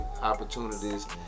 opportunities